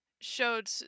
showed